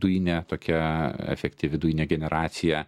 dujinė tokia efektyvi dujinė generacija